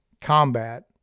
combat